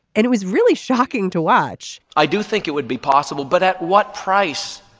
and it was really shocking to watch. i do think it would be possible but at what price.